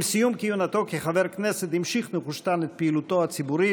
עם סיום כהונתו כחבר הכנסת המשיך נחושתן את פעילותו הציבורית.